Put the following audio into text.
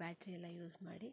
battery ಎಲ್ಲ use ಮಾಡಿ